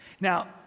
Now